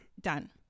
done